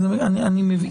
אני מבין.